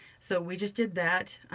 so we just did that,